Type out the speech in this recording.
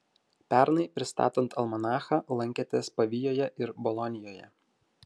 pernai pristatant almanachą lankėtės pavijoje ir bolonijoje